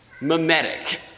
Mimetic